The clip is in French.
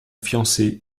fiancée